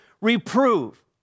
Reprove